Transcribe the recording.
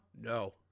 no